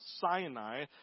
Sinai